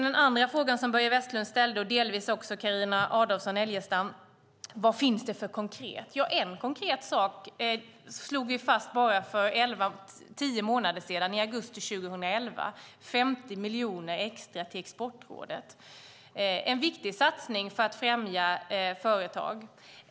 Den andra frågan som Börje Vestlund och Carina Adolfsson Elgestam ställde var: Vad finns det för konkret? En konkret sak slog vi fast för bara tio månader sedan, i augusti 2011, nämligen 50 miljoner extra till Exportrådet. Det är en viktig satsning för att främja företag.